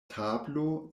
tablo